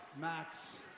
Max